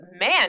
man